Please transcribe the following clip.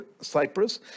Cyprus